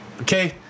Okay